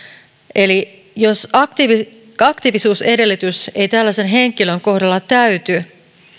eli jos aktiivisuusedellytys ei tällaisen henkilön kohdalla täyty